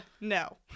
No